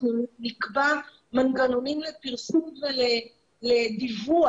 אנחנו נקבע מנגנונים לפרסום ולדיווח,